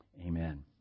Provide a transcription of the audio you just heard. Amen